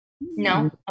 No